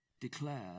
declare